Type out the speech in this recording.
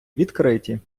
відкриті